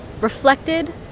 reflected